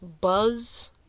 buzz